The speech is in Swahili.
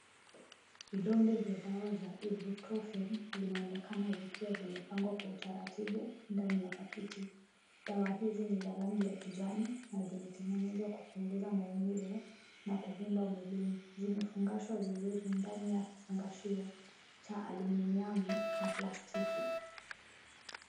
Vidonge vya dawa za ibuprofen vinaonekana vikiwa vimepangwa kwa utaratibu ndani ya pakiti. Dawa hizi ni za rangi ya kijani na zimetengenezwa kupunguza maumivu na kuvimba mwilini. Zimefungashwa vizuri ndani ya kifungashio cha [ cs]aluminiamu na plastiki.